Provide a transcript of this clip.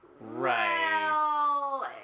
Right